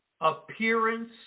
appearance